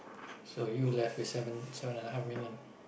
so you left with seven seven and a half million